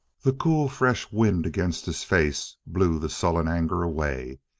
the cool, fresh wind against his face blew the sullen anger away.